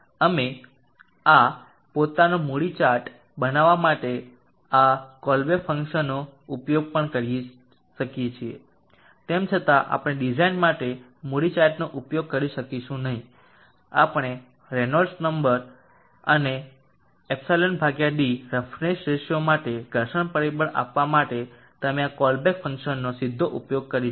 અમે આ પોતાનો મૂડી ચાર્ટ બનાવવા માટે આ કોલબ્રુક ફંકશનનો ઉપયોગ પણ કરી શકીએ છીએ તેમ છતાં આપણે ડિઝાઇન માટે મૂર્ડી ચાર્ટનો ઉપયોગ કરી શકીશું નહીં આપેલ રેનોલ્ડ્સ નંબર અને ε ભાગ્યા d રફનેસ રેશિયો માટે ઘર્ષણ પરિબળ આપવા માટે અમે આ કોલબ્રુક ફંક્શનનો સીધો ઉપયોગ કરીશું